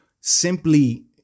simply